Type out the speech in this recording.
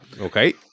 Okay